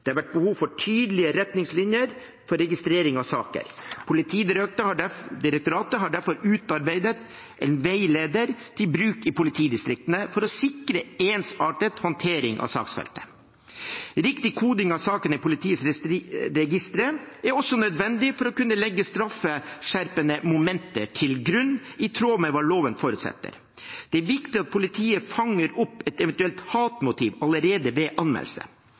Det har vært behov for tydelige retningslinjer for registrering av saker. Politidirektoratet har derfor utarbeidet en veileder til bruk i politidistriktene for å sikre ensartet håndtering av saksfeltet. Riktig koding av sakene i politiets registre er også nødvendig for å kunne legge straffeskjerpende momenter til grunn, i tråd med hva loven forutsetter. Det er viktig at politiet fanger opp et eventuelt hatmotiv allerede ved anmeldelse.